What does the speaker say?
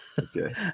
Okay